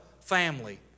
Family